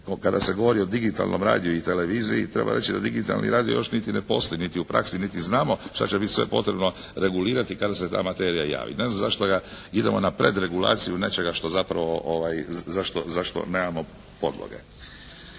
Kada se govori o digitalnom radiju i televiziji treba reći da digitalni radio još niti ne postoji niti u praksi niti znamo šta će biti sve potrebno regulirati kada se ta materija javi. Ne znam zašto ja, idemo na predregulaciju nečega što zapravo za što nemamo podloge.